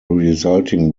resulting